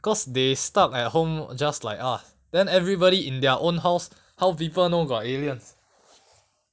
cause they stuck at home just like us then everybody in their own house how people know got alien